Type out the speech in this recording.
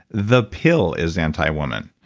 the pill is anti-woman.